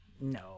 no